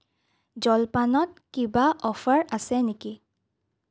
জলপানত কিবা অফাৰ আছে নেকি